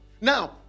now